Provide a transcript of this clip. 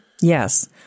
Yes